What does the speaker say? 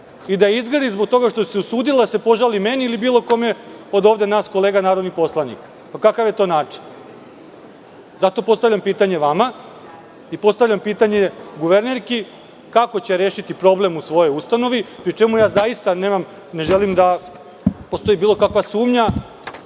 i da je izgrdi zbog toga što se usudila da se požali meni ili bilo kome od ovde nas kolega narodnih poslanika. Kakav je to način? Zato postavljam pitanje vama i postavljam pitanje guvernerki kako će rešiti problem u svojoj ustanovi, pri čemu ne želim da postoji bilo kakva sumnja.